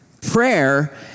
Prayer